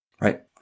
Right